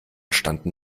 standen